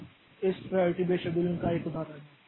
अब यह इस प्राइयारिटी बेस्ड शेड्यूलिंग का एक उदाहरण है